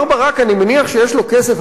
אני מניח שלמר ברק יש כסף,